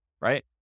right